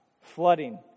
flooding